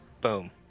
boom